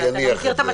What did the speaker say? אקח את זה כהצעה.